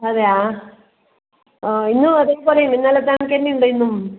അതെയോ ആ ഇന്നും അതേപോലെ ഉണ്ട് ഇന്നലത്തെ കണക്ക് തന്നെ ഉണ്ട് ഇന്നും